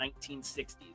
1960s